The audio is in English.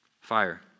Fire